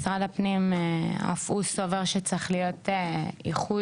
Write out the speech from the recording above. משרד הפנים אף הוא סובר שצריך להיות איחוד